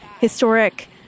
historic